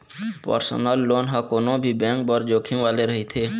personal loan ह कोनो भी बेंक बर जोखिम वाले रहिथे